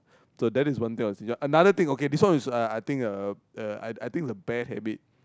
so that is one thing I would stinge on another thing okay this one uh I think uh I I think it's a bad habit